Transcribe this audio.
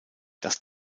das